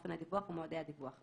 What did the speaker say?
אופן הדיווח ומועדי הדיווח.